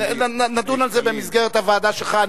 נדון בזה במסגרת הוועדה שלך.